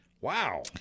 Wow